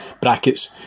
brackets